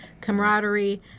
camaraderie